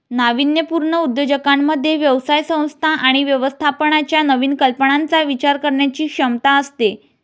नाविन्यपूर्ण उद्योजकांमध्ये व्यवसाय संस्था आणि व्यवस्थापनाच्या नवीन कल्पनांचा विचार करण्याची क्षमता असते